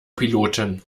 piloten